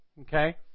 Okay